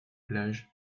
plage